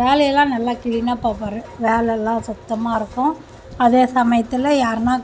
வேலையெல்லாம் நல்லா கிளீனாக பார்ப்பாரு வேலைலாம் சுத்தமாயிருக்கும் அதே சமயத்தில் யாருனா